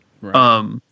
Right